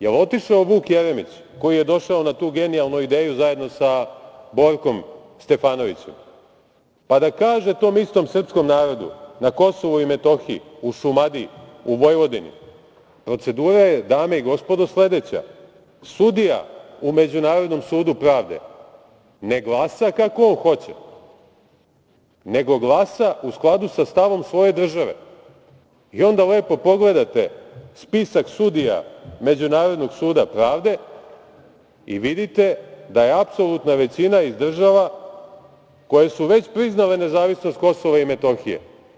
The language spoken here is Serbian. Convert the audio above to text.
Da li je otišao Vuk Jeremić, koji je došao na tu genijalnu ideju zajedno sa Borkom Stefanovićem, pa da kaže tom istom srpskom narodu na Kosovu i Metohiji, u Šumadiji, u Vojvodini - procedura je dame i gospodo sledeća, sudija u Međunarodnom sudu pravde ne glasa kako on hoće, nego glasa u skladu sa stavom svoje države i onda lepo pogledate spisak sudija Međunarodnog suda pravde i vidite da je apsolutna većina iz država koje su već priznale nezavisnost Kosova i Metohije?